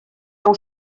nou